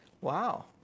wow